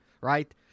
right